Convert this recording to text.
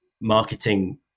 marketing